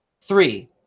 Three